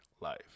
life